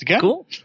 Cool